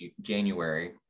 January